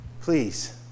please